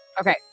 Okay